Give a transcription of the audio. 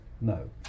No